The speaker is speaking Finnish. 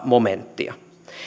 momenttia